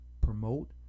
promote